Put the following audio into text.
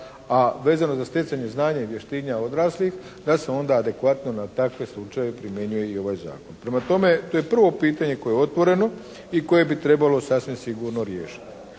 a vezano za stjecanje znanja i vještina odraslih da se onda adekvatno na takve slučajeve primjenjuje i ovaj zakon. Prema tome, to je prvo pitanje koje je otvoreno i koje bi trebalo sasvim sigurno riješiti,